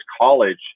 college